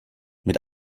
mit